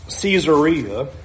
Caesarea